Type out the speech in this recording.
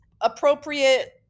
appropriate